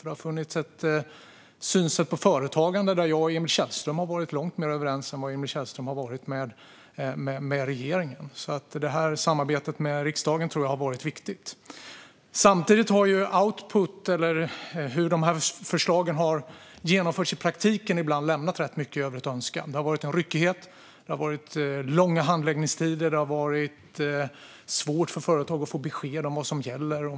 Det har funnits ett synsätt på företagande där jag och Emil Källström har varit långt mer överens än vad Emil Källström har varit med regeringen. Samarbetet med riksdagen tror jag alltså har varit viktigt. Samtidigt har output eller hur förslagen har genomförts i praktiken ibland lämnat rätt mycket i övrigt att önska. Det har varit en ryckighet. Det har varit långa handläggningstider. Det har varit svårt för företag att få besked om vad som gäller.